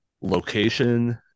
location